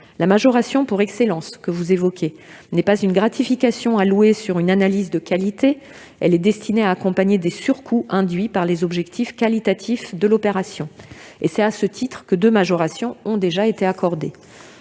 La majoration pour excellence que vous évoquez n'est pas une gratification allouée sur une analyse de qualité. Elle est destinée à accompagner des surcoûts induits par les objectifs qualitatifs de l'opération. À ce titre, deux majorations ont déjà été accordées.